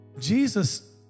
Jesus